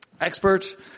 expert